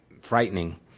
frightening